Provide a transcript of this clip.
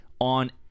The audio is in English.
on